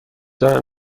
دارم